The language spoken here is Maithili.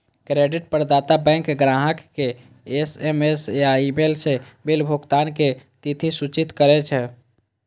क्रेडिट प्रदाता बैंक ग्राहक कें एस.एम.एस या ईमेल सं बिल भुगतानक तिथि सूचित करै छै